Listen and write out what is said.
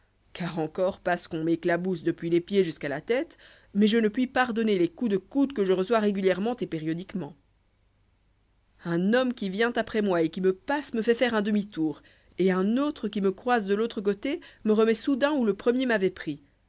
car encore passe qu'on m'éclabousse depuis les pieds jusqu'à la tête mais je ne puis pardonner les coups de coude que je reçois régulièrement et périodiquement un homme qui vient après moi et qui me passe me fait faire un demi-tour et un autre qui me croise de l'autre côté me remet soudain où le premier m'avoit pris